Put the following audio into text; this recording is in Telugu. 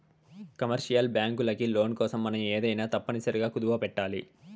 కమర్షియల్ బ్యాంకులకి లోన్ కోసం మనం ఏమైనా తప్పనిసరిగా కుదవపెట్టాలి